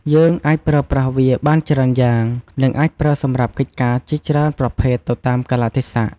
យើងអាចប្រើប្រាស់វាបានច្រើនយ៉ាង និងអាចប្រើសម្រាប់កិច្ចការជាច្រើនប្រភេទទៅតាមកាលៈទេសៈ។